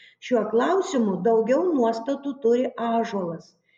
šiuo klausimu daugiau nuostatų turi ąžuolas